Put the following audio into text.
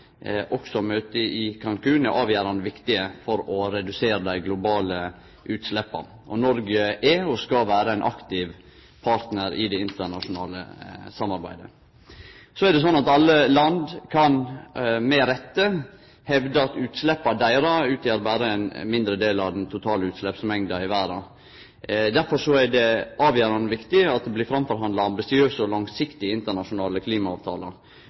også møtet i Cancún, er avgjerande viktige for å redusere dei globale utsleppa, og Noreg er og skal vere ein aktiv partnar i det internasjonale samarbeidet. Så kan alle land med rette hevde at utsleppa deira utgjer berre ein mindre del av den totale utsleppsmengda i verda. Derfor er det avgjerande viktig at det blir framforhandla ambisiøse og langsiktige internasjonale